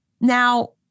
Now